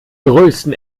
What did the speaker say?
größten